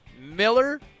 Miller